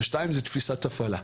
שניים, זו הפעלה,